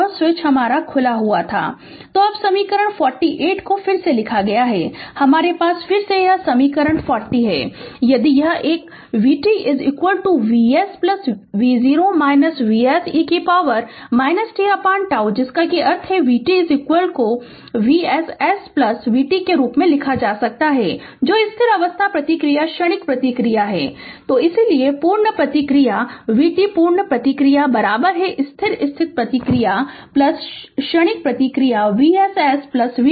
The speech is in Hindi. Refer Slide Time 1053 तो अब समीकरण 48 को फिर से लिखा गया है हमारे पास फिर से यह समीकरण 40 है यदि यह एक vt Vs v0 Vs e कि पॉवर tτ जिसका अर्थ है कि vt को Vss vt के रूप में लिखा जा सकता है जो स्थिर अवस्था प्रतिक्रिया क्षणिक प्रतिक्रिया है तो इसलिए पूर्ण प्रतिक्रिया vt पूर्ण प्रतिक्रिया है स्थिर स्थिति प्रतिक्रिया क्षणिक प्रतिक्रिया Vss vt